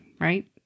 Right